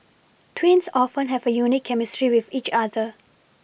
twins often have a unique chemistry with each other